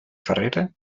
ferrera